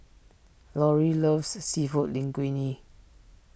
Lori loves Seafood Linguine